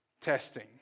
testing